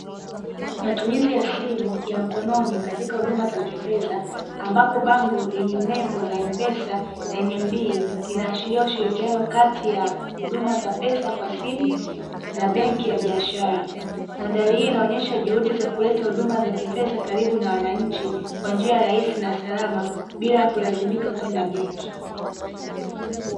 Matumizi ya simu ya mkononi katika huduma za kifedha ambapo bango lenye nembo za "Mpesa" na "nmb" inaashiria ushilikiano kati ya huduma za pesa kwa simu na benki ya biashara. Maadhari hii inaonyesha juhudi za kuleta huduma za kifedha karibu na wananchi kwa njia rahisi na salama bila kulazimika kwenda benki.